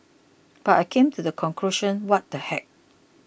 but I came to the conclusion what the heck